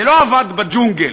זה לא עבד בג'ונגל.